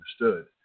understood